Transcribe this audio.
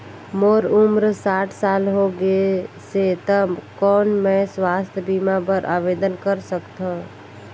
मोर उम्र साठ साल हो गे से त कौन मैं स्वास्थ बीमा बर आवेदन कर सकथव?